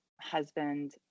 husband